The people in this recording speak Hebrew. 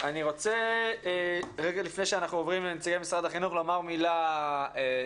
אני רוצה רגע לפני שאנחנו עוברים לנציגי משרד החינוך לומר מילה אישית.